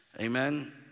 amen